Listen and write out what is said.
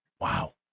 Wow